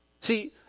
See